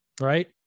Right